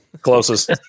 Closest